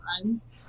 friends